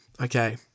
Okay